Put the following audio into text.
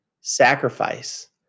sacrifice